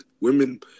Women